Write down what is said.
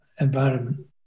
environment